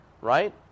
right